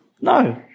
No